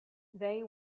they